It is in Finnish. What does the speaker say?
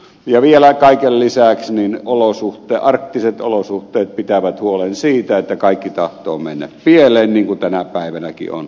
ja vielä kaiken lisäksi arktiset olosuhteet pitävät huolen siitä että kaikki tahtoo mennä pieleen niin kuin tänä päivänäkin on käynyt